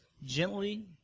Gently